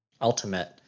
Ultimate